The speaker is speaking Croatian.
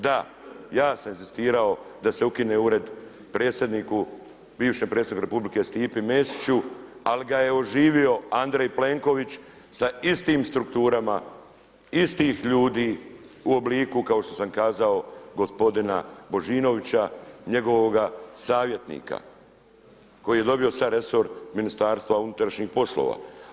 Da, ja sam inzistirao da se ukine ured predsjedniku, bivšem predsjedniku Republike Stipi Mesiću ali ga je oživio Andrej Plenković sa istim strukturama, istih ljudi u obliku kao što sam kazao gospodina Božinovića, njegovoga savjetnika koji je dobio sada resor Ministarstva unutrašnjih poslova.